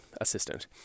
assistant